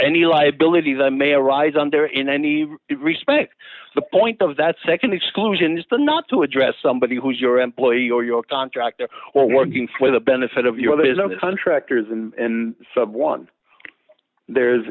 any liabilities i may arise under in any respect the point of that nd exclusions the not to address somebody who is your employee or your contractor or working for the benefit of your there is no contractors and someone there's